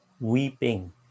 weeping